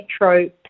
metro